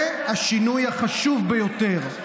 זה השינוי החשוב ביותר,